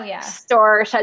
store